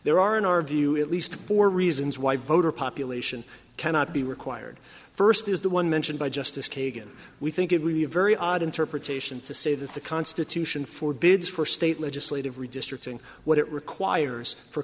there are in our view at least four reasons why voter population cannot be required first is the one mentioned by justice kagan we think it would be a very odd interpretation to say that the constitution for bids for state legislative redistricting what it requires for